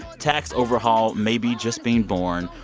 tax overhaul may be just being born.